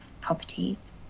properties